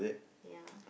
ya